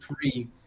three